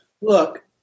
look